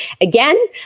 again